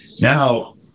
Now